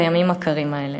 בימים הקרים האלה.